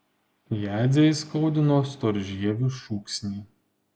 jadzę įskaudino storžievių šūksniai